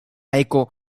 eko